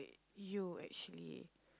you actually